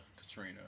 Katrina